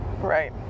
Right